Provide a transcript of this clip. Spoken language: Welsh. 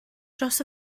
dros